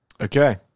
Okay